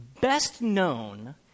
best-known